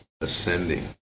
ascending